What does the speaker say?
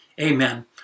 Amen